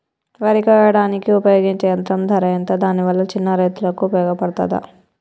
వరి కొయ్యడానికి ఉపయోగించే యంత్రం ధర ఎంత దాని వల్ల చిన్న రైతులకు ఉపయోగపడుతదా?